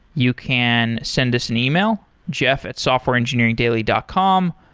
you can send us an yeah e-mail, jeff at softwareengineeringdaily dot com,